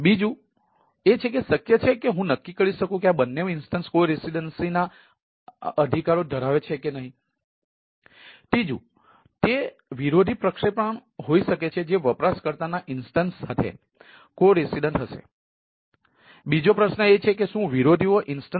બીજું એ છે કે શક્ય છે કે હું નક્કી કરી શકું કે આ બંને ઇન્સ્ટન્સ સહ નિવાસી અધિકારો છે કે નહીં